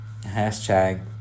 Hashtag